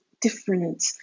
different